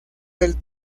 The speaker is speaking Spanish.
del